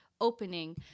opening